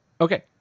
Okay